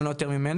אם לא יותר ממני.